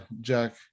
Jack